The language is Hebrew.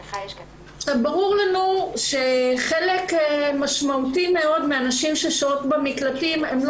ברור לנו שחלק משמעותי מאוד מהנשים ששוהות במקלטים לא